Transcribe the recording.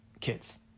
kids